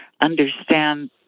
understand